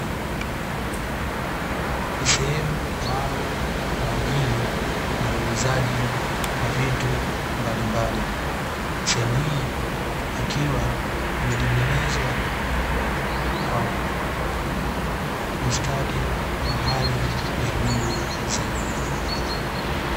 Ni sehemu maalum kwa ajili ya uuzaji wa vitu mbalimbali, sehemu hii ikiwa imetengenezwa kwa ustadi wa hali ya juu zaidi.